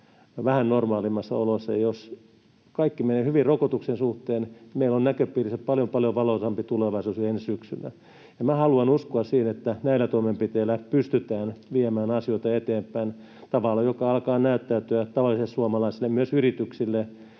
vähän normaalimmissa oloissa. Jos kaikki menee hyvin rokotuksen suhteen, meillä on näköpiirissä paljon, paljon valoisampi tulevaisuus jo ensi syksynä. Ja minä haluan uskoa siihen, että näillä toimenpiteillä pystytään viemään asioita eteenpäin tavalla, joka alkaa näyttäytyä tavallisille suomalaisille, myös yrityksille,